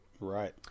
Right